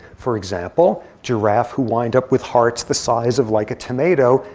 for example, giraffe who wind up with hearts the size of, like, a tomato,